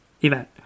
event